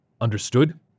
understood